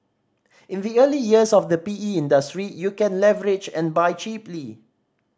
in the early years of the P E industry you can leverage and buy cheaply